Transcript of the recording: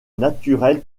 naturel